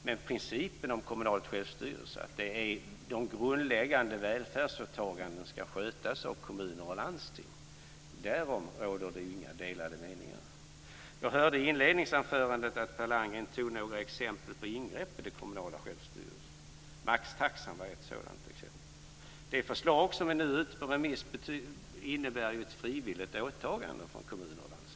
Men principen om kommunal självstyrelse, att de grundläggande välfärdsåtagandena ska skötas av kommuner och landsting, råder det inga delade meningar om. Jag hörde att Per Landgren i sitt inledningsanförande tog upp några exempel på ingrepp i den kommunala självstyrelsen. Maxtaxan var ett sådant exempel. Det förslag som nu är ute på remiss innebär ett frivilligt åtagande för kommuner och landsting.